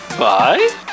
bye